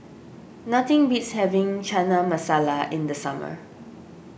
nothing beats having Chana Masala in the summer